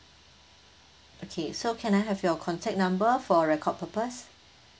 okay so can I have your contact number for record purpose